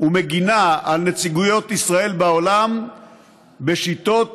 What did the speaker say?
ומגינה על נציגויות ישראל בעולם בשיטות